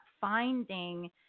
finding